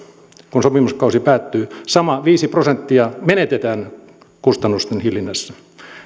kun sopimuskausi päättyy sama viisi prosenttia menetetään kustannusten hillinnässä